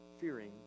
fearing